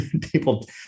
people